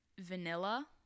vanilla